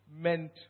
meant